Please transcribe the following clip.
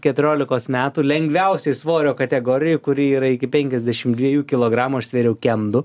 keturiolikos metų lengviausioj svorio kategorijoj kuri yra iki penkiasdešim dviejų kilogramų aš svėriau kem du